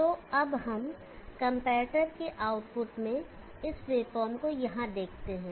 तो अब हम कंपैरेटर के आउटपुट में इस वेवफॉर्म को यहाँ देखते हैं